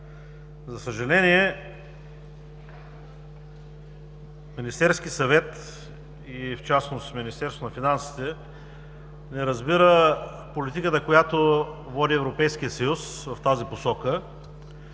За съжаление Министерският съвет и в частност Министерството на финансите не разбира политиката, която води Европейският съюз в тази посока,